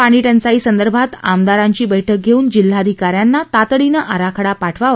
पाणी टंचाई संदर्भात आमदारांची बक्के घेऊन जिल्हाधिकार्यांना तातडीने आराखडा पाठवावा